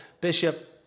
Bishop